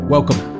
Welcome